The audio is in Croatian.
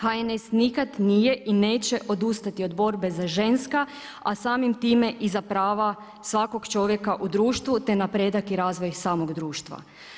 HNS nikada nije i neće odustati od borbe za ženska a samim time i za prava svakog čovjeka u društvu te napredak i razvoj samog društva.